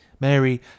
Mary